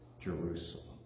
Jerusalem